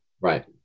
right